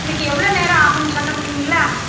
இதுக்கு எவ்வளோ நேரம் ஆகும்னு சொல்ல முடியுங்களா